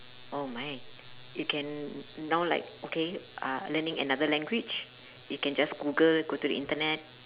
oh my you can now like okay uh learning another language you can just google go to the internet